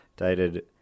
Dated